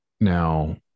now